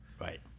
Right